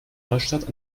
neustadt